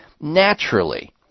naturally